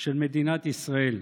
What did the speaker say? של מדינת ישראל: